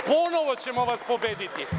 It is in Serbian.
Ponovo ćemo vas pobediti.